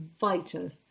vital